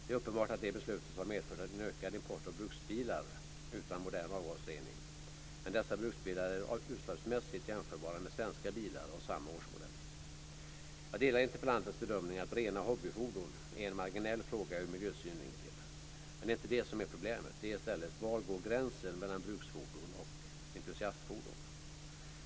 Det är uppenbart att det beslutet har medfört en ökad import av bruksbilar utan modern avgasrening, men dessa bruksbilar är utsläppsmässigt jämförbara med svenska bilar av samma årsmodell. Jag delar interpellantens bedömning att rena hobbyfordon är en marginell fråga ur miljösynvinkel. Men det är inte det som är problemet, utan det är i stället: Var går gränsen mellan bruksfordon och entusiastfordon?